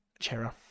Chera